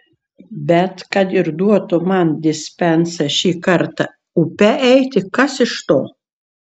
bet kad ir duotų man dispensą šį kartą upe eiti kas iš to